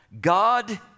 God